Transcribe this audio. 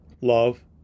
love